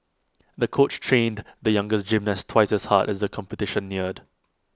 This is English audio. the coach trained the young gymnast twice as hard as the competition neared